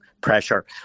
pressure